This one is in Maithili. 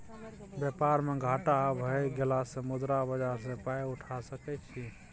बेपार मे घाटा भए गेलासँ मुद्रा बाजार सँ पाय उठा सकय छी